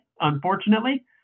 unfortunately